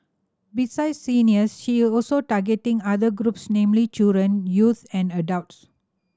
beside seniors she also targeting other groups namely children youth and adults